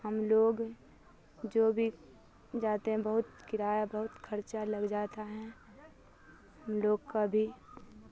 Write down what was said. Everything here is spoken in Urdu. ہم لوگ جو بھی جاتے ہیں بہت کرایہ بہت خرچہ لگ جاتا ہے ہم لوگ کا بھی